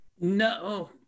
No